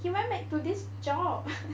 he went back to this job